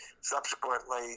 subsequently